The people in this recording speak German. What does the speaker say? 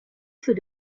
für